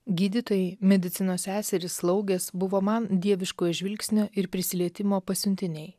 gydytojai medicinos seserys slaugės buvo man dieviškojo žvilgsnio ir prisilietimo pasiuntiniai